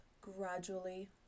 gradually